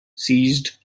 seized